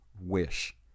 wish